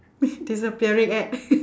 disappearing act